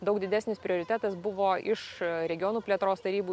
daug didesnis prioritetas buvo iš regionų plėtros tarybų